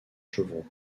chevrons